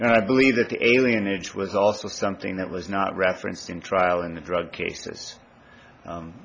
and i believe that the alien age was also something that was not referenced in trial in the drug cases